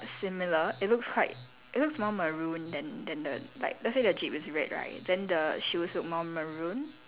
similar it looks quite it looks more maroon than than the like let's say the jeep is red right then the shoes look more maroon